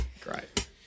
Great